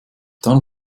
dann